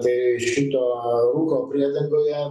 tai šito rūko priedangoje